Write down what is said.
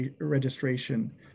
registration